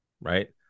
right